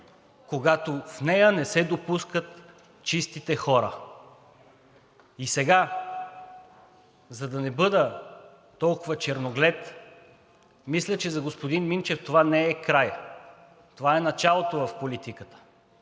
когато в нея не се допускат чистите хора. Сега, за да не бъда толкова черноглед, мисля, че за господин Минчев това не е краят. Това е началото в политиката.